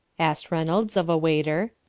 asked reynolds of a waiter.